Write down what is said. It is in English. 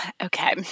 Okay